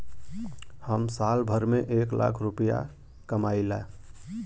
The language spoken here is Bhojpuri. हम साल भर में एक लाख रूपया कमाई ला